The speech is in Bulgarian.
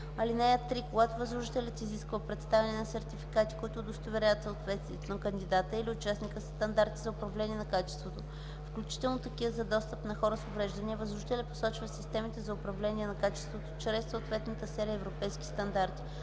(3) Когато възложителят изисква представяне на сертификати, които удостоверяват съответствието на кандидата или участника със стандарти за управление на качеството, включително такива за достъп на хора с увреждания, възложителят посочва системите за управление на качеството чрез съответната серия европейски стандарти.